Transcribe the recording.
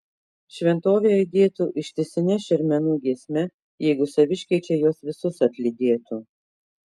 šventovė aidėtų ištisine šermenų giesme jeigu saviškiai čia juos visus atlydėtų